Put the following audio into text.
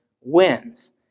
wins